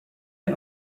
der